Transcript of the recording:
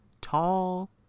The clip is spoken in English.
tall